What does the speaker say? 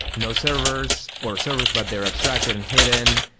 no servers, or servers, but they're abstracted and hidden,